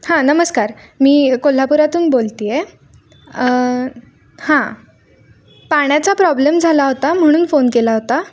हां नमस्कार मी कोल्हापुरातून बोलते आहे हां पाण्याचा प्रॉब्लेम झाला होता म्हणून फोन केला होता